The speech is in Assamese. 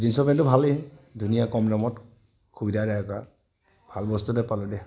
জিনচৰ পেণ্টটো ভালেই ধুনীয়া কম দামত সুবিধাদায়ক আৰু ভাল বস্তু এটাই পালো দিয়া